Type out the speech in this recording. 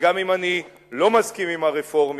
וגם אם אני לא מסכים עם הרפורמים,